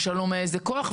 ושאלו מכוח מה,